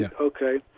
okay